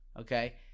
Okay